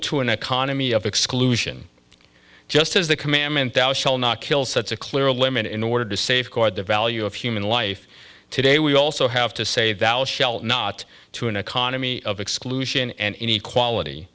to an economy of exclusion just as the commandment thou shall not kill such a clear limit in order to safeguard the value of human life today we also have to say that not to an economy of exclusion and inequality